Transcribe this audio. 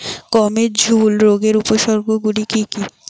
গমের ঝুল রোগের উপসর্গগুলি কী কী?